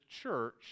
church